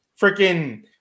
freaking